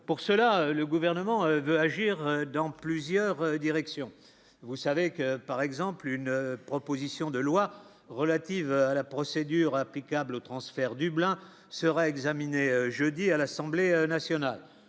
pour cela, le gouvernement veut agir dans. Plusieurs directions, vous savez que, par exemple, une proposition de loi relative à la procédure applicable au transfert du blanc sera examinée jeudi à l'Assemblée nationale,